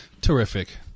Terrific